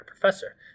professor